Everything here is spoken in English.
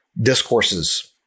discourses